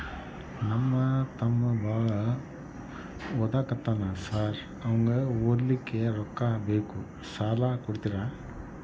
ನಮ್ಮ ತಮ್ಮ ಬಾಳ ಓದಾಕತ್ತನ ಸಾರ್ ಅವಂಗ ಓದ್ಲಿಕ್ಕೆ ರೊಕ್ಕ ಬೇಕು ಸಾಲ ಕೊಡ್ತೇರಿ?